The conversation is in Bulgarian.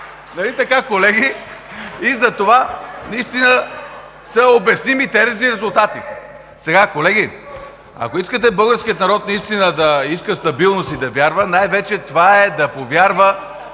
Нали така, колеги? Затова наистина са обясними тези резултати. Сега, колеги, ако искате българският народ да иска стабилност и да вярва, най-вече това е да повярва